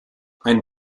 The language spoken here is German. ein